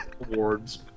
awards